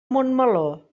montmeló